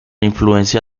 influencia